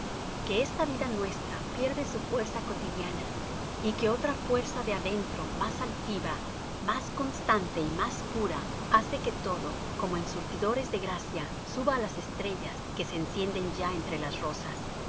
que esta vida nuestra pierde su fuerza cotidiana y que otra fuerza de adentro más altiva más constante y más pura hace que todo como en surtidores de gracia suba á las estrellas que se encienden ya entre las rosas